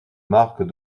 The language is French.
marques